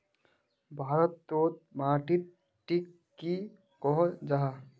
भारत तोत माटित टिक की कोहो जाहा?